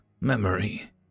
memory